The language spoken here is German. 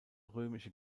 römische